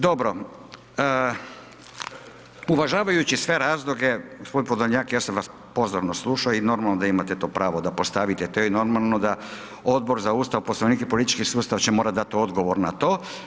Dobro, uvažavajući sve razloge, g. Podolnjak ja sam vas pozorno slušao i normalno da imate to pravo da postavit to i normalno da Odbor za Ustav, Poslovnik i politički sustav će morat dati odgovor na to.